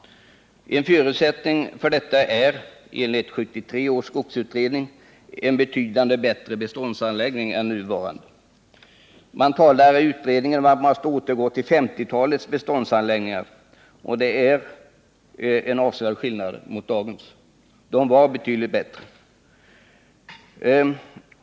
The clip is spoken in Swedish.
En förutsättning för detta är enligt 1973 års skogsutredning en betydligt bättre beståndsanläggning än den nuvarande. I utredningen talas det om att man skall återgå till 1950-talets beståndsanläggningar, och detta skulle innebära en avsevärd skillnad i förhållande till dagsläget. 1950-talets beståndsanläggningar var betydligt bättre.